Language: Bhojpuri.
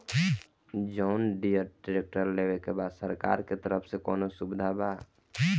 जॉन डियर ट्रैक्टर लेवे के बा सरकार के तरफ से कौनो सुविधा बा?